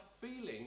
feeling